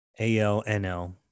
ALNL